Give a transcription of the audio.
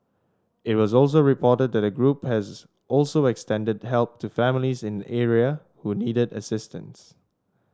it was also reported that the group has also extended help to families in the area who needed assistance